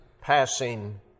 passing